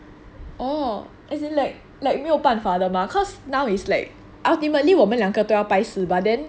orh as in like like 没有办法的 mah cause now is like ultimately 我们两个都要拜四 but then